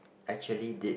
actually did